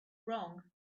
wrong